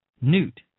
Newt